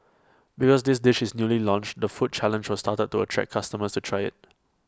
because this dish is newly launched the food challenge was started to attract customers to try IT